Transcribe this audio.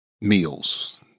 meals